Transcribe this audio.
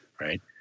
right